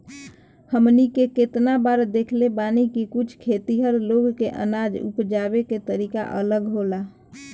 हमनी के केतना बार देखले बानी की कुछ खेतिहर लोग के अनाज उपजावे के तरीका अलग होला